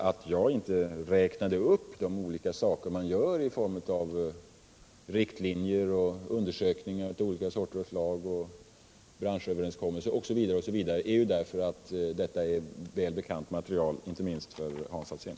Att jag inte räknade upp allt vad man gör —- undersökningar, branschöverenskommelser m.m. — beror på att detta är väl bekant, inte minst för Hans Alsén.